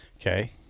Okay